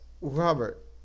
Robert